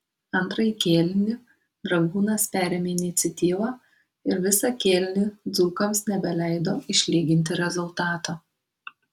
antrąjį kėlinį dragūnas perėmė iniciatyvą ir visą kėlinį dzūkams nebeleido išlyginti rezultato